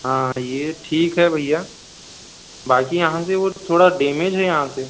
हाँ ये ठीक है भैया बाकी यहाँ से वो थोड़ा डैमेज है यहाँ से